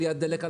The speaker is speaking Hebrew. עליית דלק,